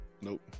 Nope